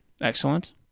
Excellent